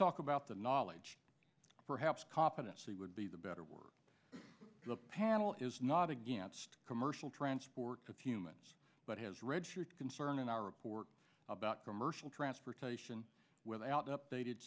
talk about the knowledge perhaps competency would be the better word the panel is not against commercial transport with humans but has registered concern in our report about commercial transportation without updated